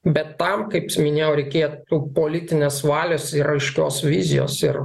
bet tam kaip minėjau reikėtų politinės valios ir aiškios vizijos ir